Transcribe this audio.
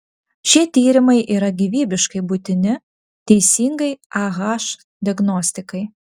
šie tyrimai yra gyvybiškai būtini teisingai ah diagnostikai